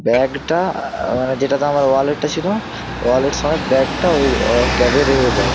ব্যাগটা মানে যেটাতে আমার ওয়ালেটটা ছিল ওয়ালেট সমেত ব্যাগটা ওই ক্যাবে রয়ে যায়